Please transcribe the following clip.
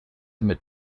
mit